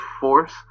force